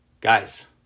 guys